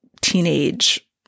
teenage